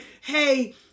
hey